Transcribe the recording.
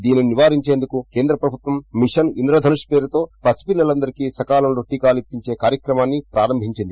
దీనిని నివారించేందుకు కేంద్ర ప్రభుత్వం మిషన్ ఇంద్రధనుష్ పేరుతో పసిపిల్లలందరికీ సకాలంలో టీకాలు ఇప్సించే కార్యక్రమాన్ని ప్రారంభించింది